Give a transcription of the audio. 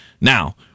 Now